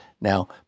Now